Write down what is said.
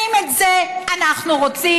האם את זה אנחנו רוצים?